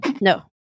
No